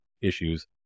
issues